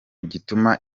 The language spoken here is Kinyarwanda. gituma